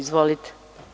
Izvolite.